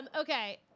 Okay